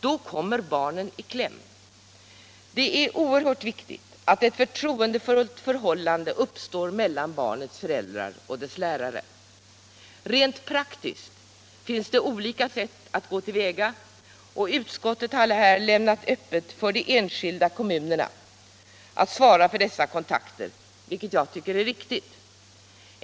Då kommer barnen i kläm. Det är oerhört viktigt att ett förtroendefullt förhållande uppstår mellan barnets föräldrar och dess lärare. Rent praktiskt finns det många olika sätt att gå till väga, och utskottet har lämnat öppet för de enskilda kommunerna att svara för dessa kontakter, vilket jag tycker är riktigt.